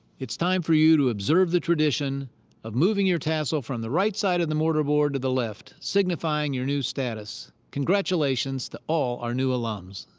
it's time for you to observe the tradition of moving your tassel from the right side of the mortar board to the left, signifying your new status. congratulations to all our new alums.